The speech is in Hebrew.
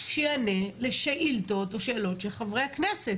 שיענה לשאילתות או שאלות של חברי הכנסת.